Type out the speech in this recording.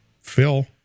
Phil